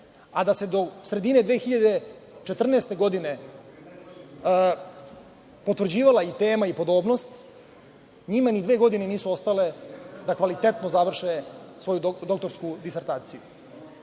a da se do sredine 2014. godine potvrđivala i tema i podobnost, njima ni dve godine nisu ostale da kvalitetno završe svoju doktorsku disertaciju.